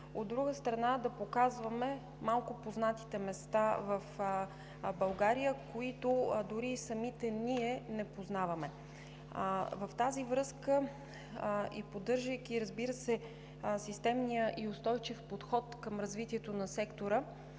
от друга страна, да показваме малко познатите места в България, които дори и самите ние не познаваме. В тази връзка, поддържайки, разбира се, системния и устойчив подход към развитието на сектора,